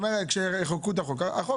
בוא